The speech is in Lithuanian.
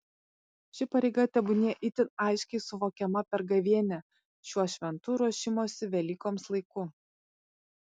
ši pareiga tebūnie itin aiškiai suvokiama per gavėnią šiuo šventu ruošimosi velykoms laiku